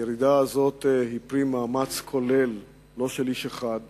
הירידה הזאת היא פרי מאמץ כולל, לא של איש אחד,